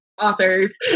authors